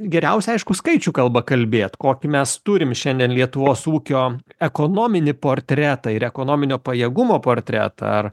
geriausiai aiškų skaičių kalba kalbėt kokį mes turim šiandien lietuvos ūkio ekonominį portretą ir ekonominio pajėgumo portretą ar